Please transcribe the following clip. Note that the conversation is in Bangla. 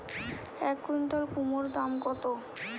এক কুইন্টাল কুমোড় দাম কত?